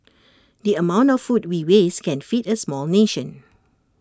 the amount of food we waste can feed A small nation